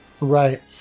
Right